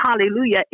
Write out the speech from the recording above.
Hallelujah